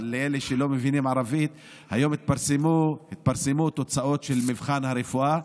לאלה שלא מבינים ערבית: היום התפרסמו תוצאות של מבחן הרפואה,